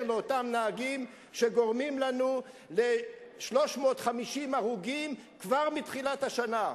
לאותם נהגים שגורמים לנו ל-350 הרוגים כבר מתחילת השנה.